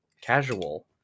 casual